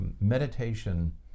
meditation